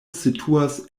situas